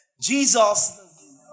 Jesus